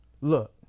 look